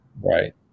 right